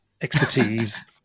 expertise